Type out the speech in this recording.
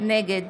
נגד